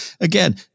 again